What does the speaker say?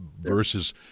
versus